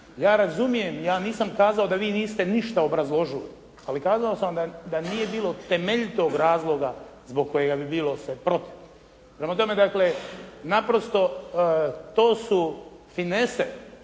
ja razumijem, ja nisam kazao da vi niste ništa obrazložili, ali kazao sam da nije bilo temeljitog razloga zbog kojega bi bilo se protiv. Prema tome, dakle naprosto to su finese